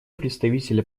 представителя